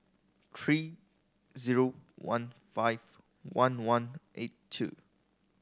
three zero one five one one eight two